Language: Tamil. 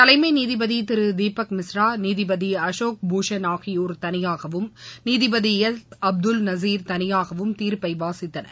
தலைமை நீதிபதி திரு தீபக் மிஸ்ரா நீதிபதி அசோக் பூஷன் ஆகியோா் தனியாகவும் நீதிபதி எஸ் அப்துல் நசீர் தனியாகவும் தீர்ப்பை வாசித்தனர்